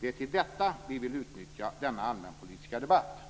Det är till detta vi vill utnyttja denna allmänpolitiska debatt.